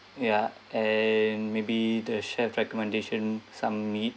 ya and maybe the chef recommendation some meat